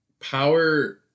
power